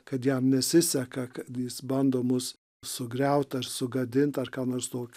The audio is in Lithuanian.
kad jam nesiseka kad jis bando mus sugriaut ar sugadinti ar ką nors tokio